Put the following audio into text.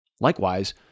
Likewise